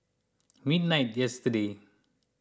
midnight yesterday